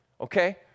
Okay